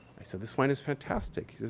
i said, this wine is fantastic.